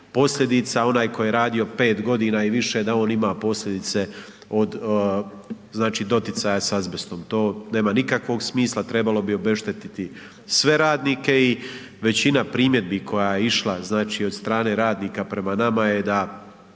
posljedica a onaj koji je radio 5 g. i više, da on ima posljedice od znači doticaja sa azbestom. To nema nikakvog smisla, trebalo bi obešteti se radnike i većina primjedbi koja je išla od strane radnika prema nama je da